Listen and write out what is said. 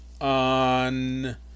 on